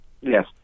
yes